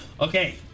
okay